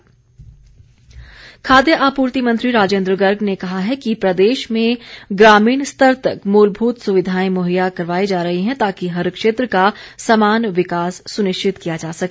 राजेन्द्र गर्ग खाद्य आपूर्ति मंत्री राजेन्द्र गर्ग ने कहा है कि प्रदेश में ग्रामीण स्तर तक मूलभूत सुविधाएं मुहैया करवाई जा रही हैं ताकि हर क्षेत्र का समान विकास सुनिश्चित किया जा सके